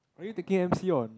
already taking M_C what